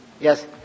Yes